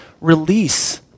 release